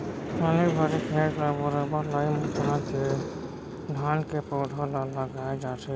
पानी भरे खेत ल बरोबर लई मता के धान के पउधा ल लगाय जाथे